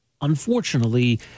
Unfortunately